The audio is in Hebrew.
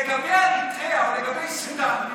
לגבי אריתריאה או לגבי סודאן,